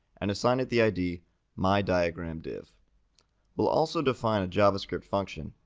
and assign it the id mydiagramdiv. we'll also define a javascript function,